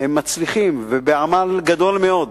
הם מצליחים, ובעמל גדול מאוד,